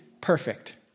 perfect